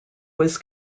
was